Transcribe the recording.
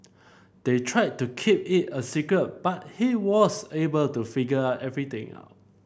they tried to keep it a secret but he was able to figure everything out